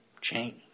change